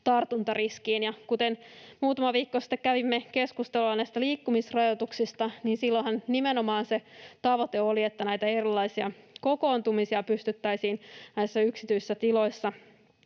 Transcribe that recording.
tartuntojen riskiin. Kun muutama viikko sitten kävimme keskustelua näistä liikkumisrajoituksista, niin silloinhan nimenomaan se tavoite oli, että näitä erilaisia kokoontumisia pystyttäisiin yksityisissä tiloissa